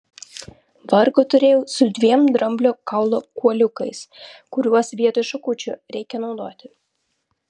vargo turėjau su dviem dramblio kaulo kuoliukais kuriuos vietoj šakučių reikia naudoti